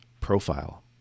profile